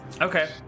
okay